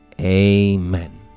Amen